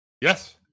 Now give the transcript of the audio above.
Yes